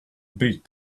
beat